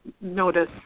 notice